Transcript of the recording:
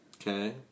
Okay